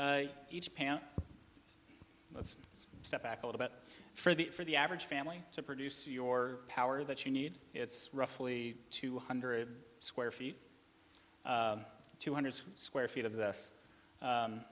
each pan let's step back a little bit for the for the average family to produce your power that you need it's roughly two hundred square feet two hundred square feet of this